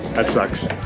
that sucks.